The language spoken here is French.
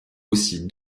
aussi